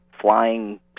flying